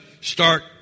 start